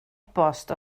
bost